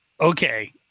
Okay